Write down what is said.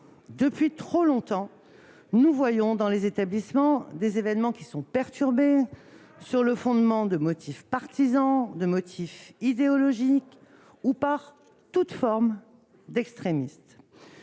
depuis trop longtemps, nous voyons dans les établissements des événements perturbés sur le fondement de motifs partisans, idéologiques, ou de toute forme d'extrémisme.